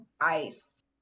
ice